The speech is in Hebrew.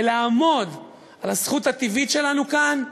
ולעמוד על הזכות הטבעית שלנו כאן,